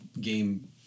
game